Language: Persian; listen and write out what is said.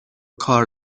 کار